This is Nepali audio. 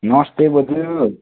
नमस्ते बोजू